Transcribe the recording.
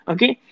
Okay